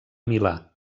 milà